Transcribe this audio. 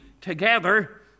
together